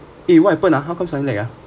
eh what happened ah how comes suddenly lag ah